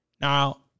Now